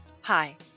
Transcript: Hi